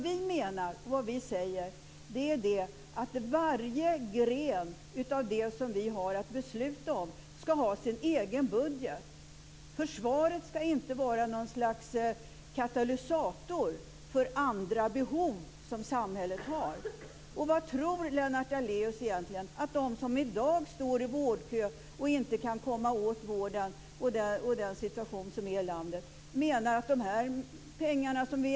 Vi säger att varje gren av det som vi har att besluta om ska ha sin egen budget. Försvaret ska inte vara någon slags katalysator för andra behov som samhället har. Vad tror Lennart Daléus egentligen att de som i dag står i vårdköer och inte kan komma åt vården tycker? Vi har ännu inte sett de här pengarna.